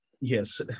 Yes